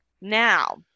now